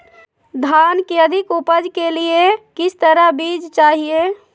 धान की अधिक उपज के लिए किस तरह बीज चाहिए?